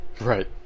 Right